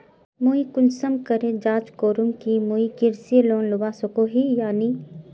मुई कुंसम करे जाँच करूम की मुई कृषि लोन लुबा सकोहो ही या नी?